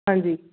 ਹਾਂਜੀ